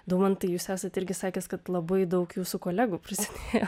daumantai jūs esate irgi sakęs kad labai daug jūsų kolegų prisidėjo